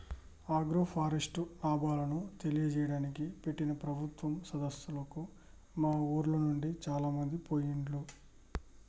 agroforest లాభాలను తెలియజేయడానికి పెట్టిన ప్రభుత్వం సదస్సులకు మా ఉర్లోనుండి చాలామంది పోయిండ్లు